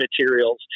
materials